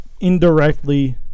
indirectly